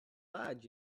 lad